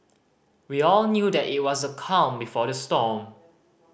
we all knew that it was the calm before the storm